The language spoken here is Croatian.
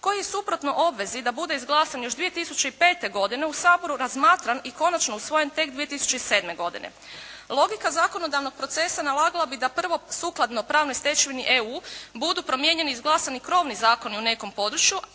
koji suprotno obvezi da bude izglasan još 2005. godine u Saboru razmatran i konačno usvojen tek 2007. godine. Logika zakonodavnog procesa nalagala bi da prvo sukladno pravnoj stečevini EU budu promijenjeni i izglasani krovni zakoni u nekom području,